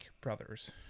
Brothers